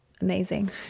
amazing